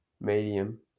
medium